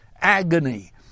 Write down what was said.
agony